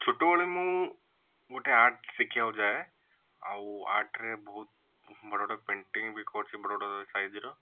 ଛୋଟ ବେଳେ ମୁଁ ଗୋଟେ ଆର୍ଟ ଶିଖିବାକୁ ଯାଏ ଆଉ ଆର୍ଟ ରେ ବହୁତ ବଡ଼ ବଡ଼ ପେଣ୍ଟିଙ୍ଗ ବି କରିଛି ବଡ଼ ବଡ଼ ସାଇଜ ର